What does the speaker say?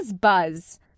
buzz